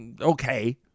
okay